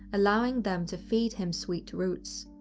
allowing them to feed him sweet roots.